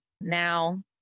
Now